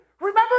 Remember